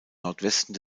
nordwesten